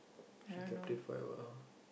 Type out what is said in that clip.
she kept it quite well